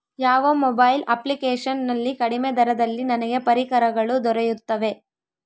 ಯಾವ mobile application ನಲ್ಲಿ ಕಡಿಮೆ ದರದಲ್ಲಿ ನನಗೆ ಪರಿಕರಗಳು ದೊರೆಯುತ್ತವೆ?